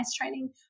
training